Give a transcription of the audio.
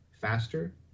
faster